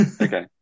okay